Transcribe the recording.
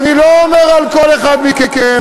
אני לא אומר על כל אחד מכם,